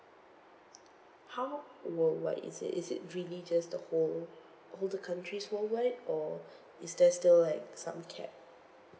how worldwide is it is it really just the whole whole countries worldwide or is there still like some cap